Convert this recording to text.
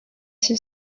się